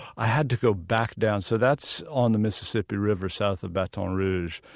i had to go back down. so that's on the mississippi river, south of baton rouge.